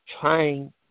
trying